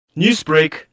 Newsbreak